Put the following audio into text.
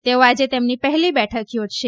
તેઓ આજે તેમની પહેલી બેઠક યોજશે